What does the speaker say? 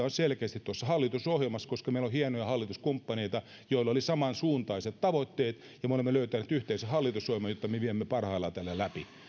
on selkeästi tuossa hallitusohjelmassa koska meillä on hienoja hallituskumppaneita joilla oli samansuuntaiset tavoitteet ja me olemme löytäneet yhteisen hallitusohjelman jota me viemme parhaillaan täällä läpi